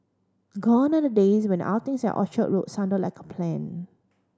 gone are the days when outings at Orchard Road sounded like a plan